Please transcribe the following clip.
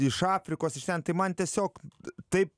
iš afrikos iš ten tai man tiesiog taip